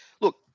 look